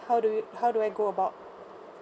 how do you how do I go about